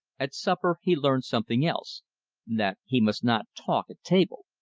at supper he learned something else that he must not talk at table.